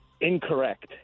Incorrect